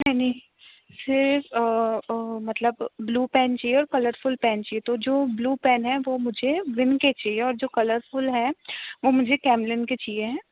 नहीं नहीं फिर मतलब ब्लू पेन चाहिए और कलरफुल पेन चाहिए तो जो ब्लू पेन है वह मुझे विंक के चाहिए और जो कलरफुल हैं वह मुझे कैमलिन के चाहिए हैं